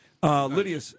Lydia